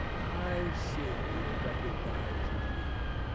i see you recognize the feeling.